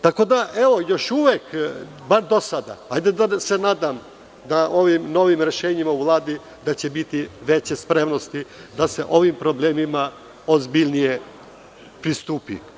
Tako da još uvek bar do sada, hajde da se nadam da ovim novim rešenjima u Vladi da će biti veće spremnosti da se ovim problemima ozbiljnije pristupi.